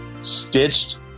Stitched